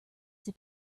they